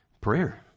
Prayer